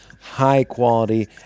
high-quality